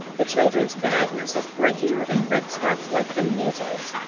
the children's badness is breaking out in red spots, like the measles.